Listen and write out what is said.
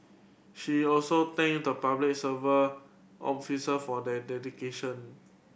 she also thanked the Public Service officer for their dedication